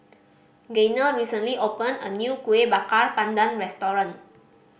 Gaynell recently opened a new Kueh Bakar Pandan restaurant